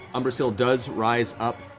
umbrasyl does rise up